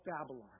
Babylon